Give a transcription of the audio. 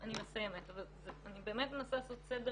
אני מסיימת אבל אני באמת מנסה לעשות סדר